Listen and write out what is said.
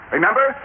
Remember